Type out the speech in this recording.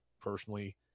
personally